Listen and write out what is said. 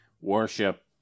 worship